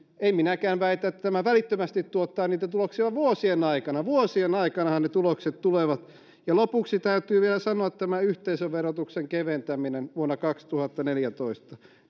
en minäkään väitä että tämä välittömästi tuottaa niitä tuloksia vaan vuosien aikana vuosien aikanahan ne tulokset tulevat ja lopuksi täytyy vielä sanoa että yhteisöverotuksen keventäminen vuonna kaksituhattaneljätoista